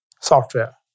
software